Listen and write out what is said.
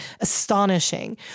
astonishing